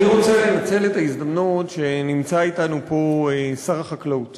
אני רוצה לנצל את ההזדמנות שנמצא אתנו פה שר החקלאות